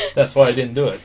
that's why i didn't do